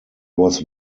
was